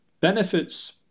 benefits